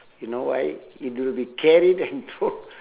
you know why you know they carried and throw